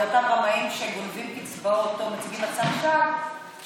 אותם רמאים שגונבים קצבאות או מציגים מצג שווא,